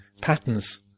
patterns